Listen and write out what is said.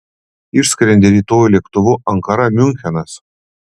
išskrendi rytoj lėktuvu ankara miunchenas